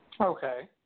Okay